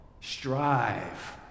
Strive